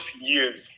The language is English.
years